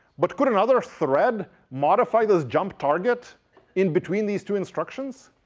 but could another thread modify this jump target in between these two instructions?